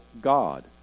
God